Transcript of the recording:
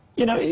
you know,